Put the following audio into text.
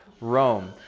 Rome